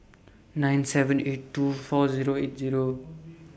nine seven eight two four Zero eight Zero